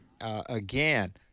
Again